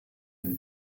dem